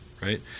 right